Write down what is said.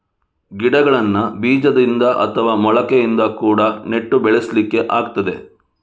ಗಿಡಗಳನ್ನ ಬೀಜದಿಂದ ಅಥವಾ ಮೊಳಕೆಯಿಂದ ಕೂಡಾ ನೆಟ್ಟು ಬೆಳೆಸ್ಲಿಕ್ಕೆ ಆಗ್ತದೆ